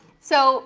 so